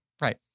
Right